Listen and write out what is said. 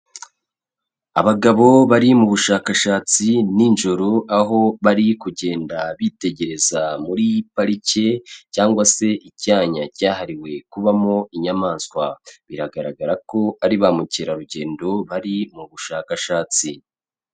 Abagabo bari mu bushakashatsi ninjoro, aho bari kugenda bitegereza muri pariki cyangwa se icyanya cyahariwe kubamo inyamaswa, biragaragara ko ari ba mukerarugendo bari mu bushakashatsi.